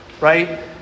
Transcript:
right